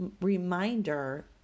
reminder